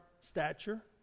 stature